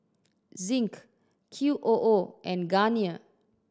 Zinc Q O O and Garnier